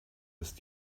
ist